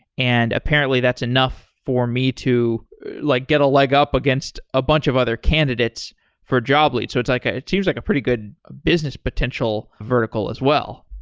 and apparently that's enough for me to like get a leg up against a bunch of other candidates for job leads. like ah it seems like a pretty good business potential vertical as well.